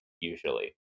Usually